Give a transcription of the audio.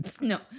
no